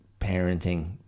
parenting